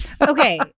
Okay